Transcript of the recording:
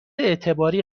اعتباری